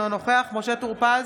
אינו נוכח משה טור פז,